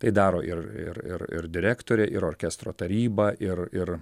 tai daro ir ir ir ir direktorė ir orkestro taryba ir ir